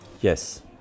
Yes